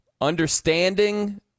understanding